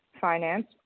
finance